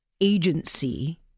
Agency